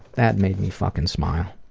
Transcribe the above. that made me fucking smile.